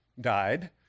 died